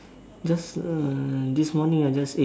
just hmm this morning I just ate